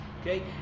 Okay